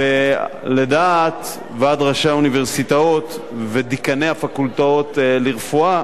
ולדעת ועד ראשי האוניברסיטאות ודיקני הפקולטות לרפואה